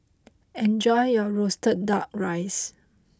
enjoy your Roasted Duck Rice